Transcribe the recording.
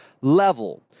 level